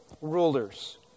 rulers